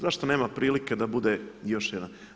Zašto nema prilike da bude još jedna?